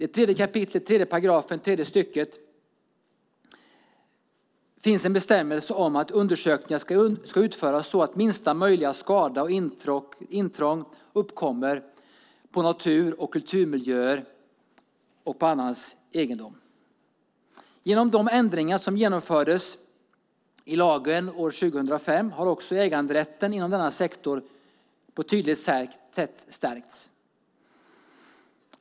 I 3 kap. 3 § tredje stycket finns en bestämmelse om att undersökningar ska utföras så att minsta möjliga skada och intrång uppkommer på natur och kulturmiljöer och annans egendom. Genom de ändringar som genomfördes i lagen år 2005 har också äganderätten inom denna sektor på ett tydligt sätt stärkts.